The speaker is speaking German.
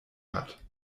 hat